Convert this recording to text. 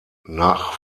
nach